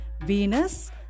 Venus